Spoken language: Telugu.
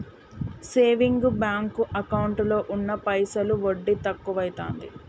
సేవింగ్ బాంకు ఎకౌంటులో ఉన్న పైసలు వడ్డి తక్కువైతాంది